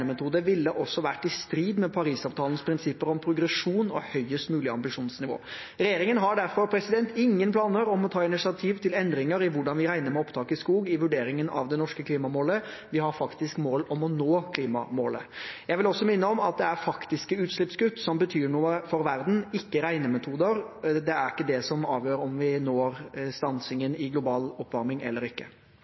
ville også vært i strid med Parisavtalens prinsipper om progresjon og høyest mulig ambisjonsnivå. Regjeringen har derfor ingen planer om å ta initiativ til endringer i hvordan vi regner med opptak i skog i vurderingen av det norske klimamålet. Vi har faktisk mål om å nå klimamålet. Jeg vil også minne om at det er faktiske utslippskutt som betyr noe for verden, ikke regnemetoder. Det er ikke det som avgjør om vi når å stanse global oppvarming eller ikke.